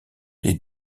les